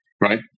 right